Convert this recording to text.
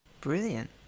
Brilliant